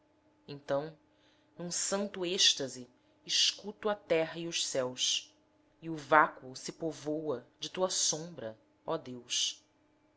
então num santo êxtase escuto a terra e os céus o vácuo se povoa de tua sombra ó deus